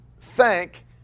Thank